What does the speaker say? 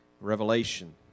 revelation